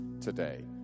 today